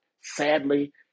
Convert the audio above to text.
Sadly